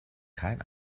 kein